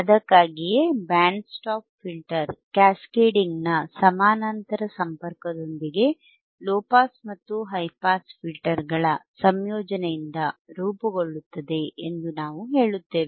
ಅದಕ್ಕಾಗಿಯೇ band stop filter cascading ನ ಸಮಾನಾಂತರ ಸಂಪರ್ಕದೊಂದಿಗೆ ಲೊ ಪಾಸ್ ಮತ್ತು ಹೈ ಪಾಸ್ ಫಿಲ್ಟರ್ಗಳ ಸಂಯೋಜನೆಯಿಂದ ರೂಪುಗೊಳ್ಳುತ್ತದೆ ಎಂದು ನಾವು ಹೇಳುತ್ತೇವೆ